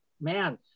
man